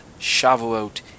Shavuot